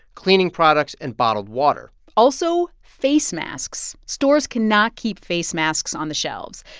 cleaning products and bottled water also, face masks stores cannot keep face masks on the shelves.